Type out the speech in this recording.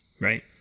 Right